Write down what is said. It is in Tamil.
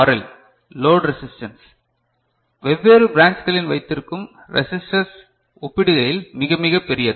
எல் லோட் ரெசிஸ்டன்ஸ் வெவ்வேறு பிரான்ச்களின் வைத்திருக்கும் ரெசிஸ்டர்ஸ் ஒப்பிடுகையில் மிக மிக பெரியது